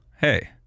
hey